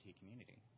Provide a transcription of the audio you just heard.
community